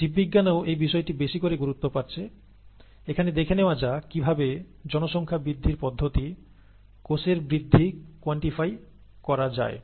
জীববিজ্ঞানেও এই বিষয়টি বেশি করে গুরুত্ব পাচ্ছে এখানে দেখে নেওয়া যাক কিভাবে জনসংখ্যা বৃদ্ধির পদ্ধতি কোষের বৃদ্ধি কোয়ান্টিফাই করা যায়